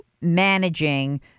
managing